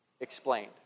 explained